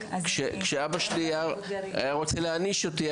כשאבא שלי היה רוצה להעניש אותי,